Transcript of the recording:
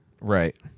Right